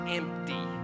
empty